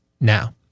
now